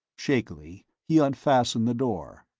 shakily, he unfastened the door.